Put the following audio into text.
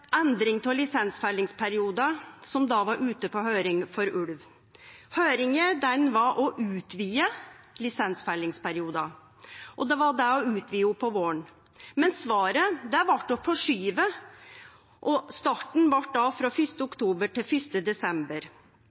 endring av lisensfellingsperiode for ulv, som var ute på høyring. Høyringa gjaldt å utvide lisensfellingsperioden, utvide han på våren. Men svaret blei å forskyve, og starten blei frå 1. oktober til 1. desember.